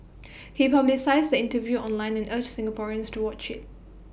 he publicised the interview online and urged Singaporeans to watch IT